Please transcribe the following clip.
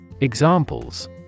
Examples